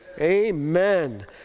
Amen